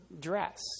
dress